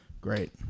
Great